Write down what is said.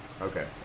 Okay